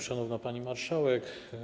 Szanowna Pani Marszałek!